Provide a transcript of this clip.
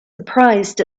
surprised